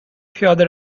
پیاده